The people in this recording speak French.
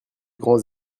grands